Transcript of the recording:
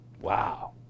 Wow